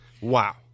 Wow